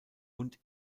und